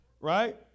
right